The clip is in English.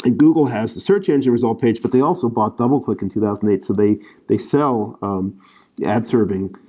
ah google has the search engine result page, but they also bought doubleclick in two thousand and eight, so they they sell um ad serving,